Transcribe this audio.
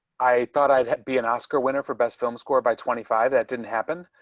i thought i'd be an oscar winner for best film score by twenty five that didn't happen.